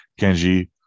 Kenji